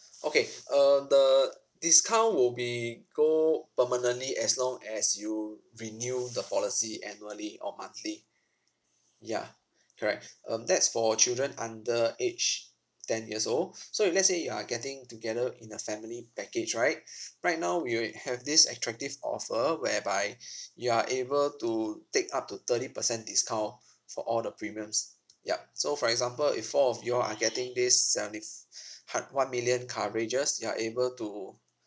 okay um the discount will be go permanently as long as you renew the policy annually or monthly yeah correct um that's for children under age ten years old so if let's say you are getting together in a family package right right now we we have this attractive offer whereby you are able to take up to thirty percent discount for all the premiums yup so for example if four of you all are getting this seventy f~ hu~ one million coverages you are able to